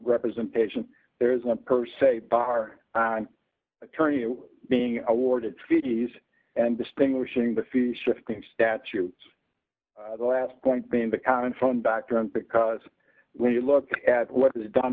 representation there is not per se bar an attorney being awarded fees and distinguishing the fee shifting statutes the last point being the common from background because when you look at what is done